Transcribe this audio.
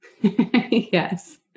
Yes